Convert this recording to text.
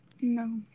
No